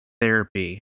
therapy